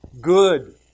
good